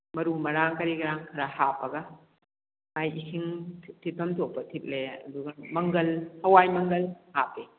ꯃꯔꯨ ꯃꯔꯥꯡ ꯀꯔꯤ ꯀꯔꯥ ꯈꯔ ꯍꯥꯞꯄꯒ ꯃꯥꯏ ꯏꯁꯤꯡ ꯊꯤꯠ ꯊꯤꯠꯐꯝ ꯊꯣꯛꯄ ꯊꯤꯠꯂꯦ ꯑꯗꯨꯒ ꯃꯪꯒꯜ ꯍꯋꯥꯏ ꯃꯪꯒꯜ ꯍꯥꯞꯄꯤ